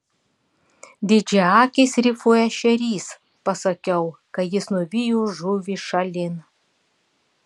didžiaakis rifų ešerys pasakiau kai jis nuvijo žuvį šalin